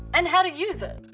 and how to use it.